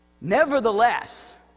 Nevertheless